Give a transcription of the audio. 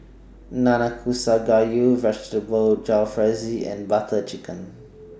Nanakusa Gayu Vegetable Jalfrezi and Butter Chicken